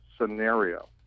scenario